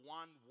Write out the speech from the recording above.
one